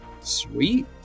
Sweet